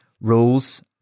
Rules